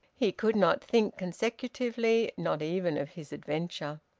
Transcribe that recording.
he could not think consecutively, not even of his adventure.